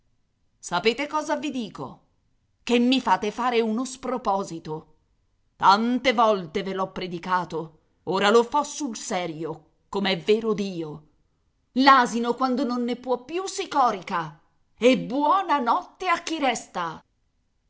sapete cosa vi dico che mi fate fare uno sproposito tante volte ve l'ho predicato ora lo fo sul serio com'è vero dio l'asino quando non ne può più si corica e buona notte a chi resta